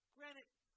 Granted